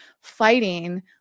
fighting